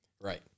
Right